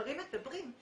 המספרים מדברים.